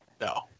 No